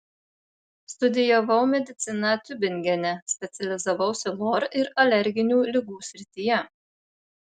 studijavau mediciną tiubingene specializavausi lor ir alerginių ligų srityje